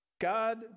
God